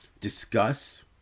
discuss